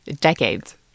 Decades